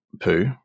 poo